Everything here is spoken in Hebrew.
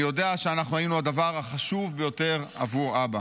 אני יודע שאנחנו היינו הדבר החשוב ביותר עבור אבא.